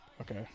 okay